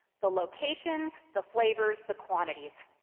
the locations, the flavors, the quantities.